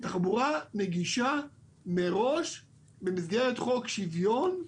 תחבורה נגישה מראש במסגרת חוק שוויון,